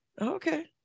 Okay